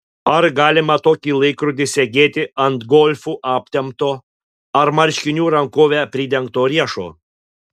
ar galima tokį laikrodį segėti ant golfu aptemto ar marškinių rankove pridengto riešo